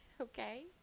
Okay